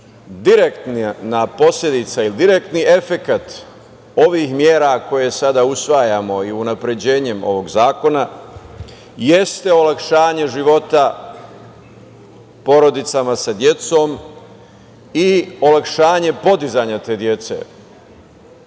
Direktna posledica ili direktni efekat ovih mera koje sada usvajamo i unapređenjem ovog zakona jeste olakšanje života porodicama sa decom i olakšanje podizanja te dece.